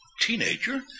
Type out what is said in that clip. teenager